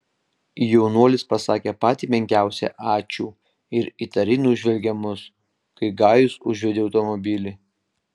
jaunuolis pasakė patį menkiausią ačiū ir įtariai nužvelgė mus kai gajus užvedė automobilį